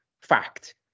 Fact